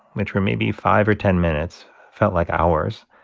which were maybe five or ten minutes, felt like hours.